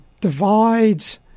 divides